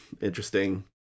interesting